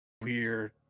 weird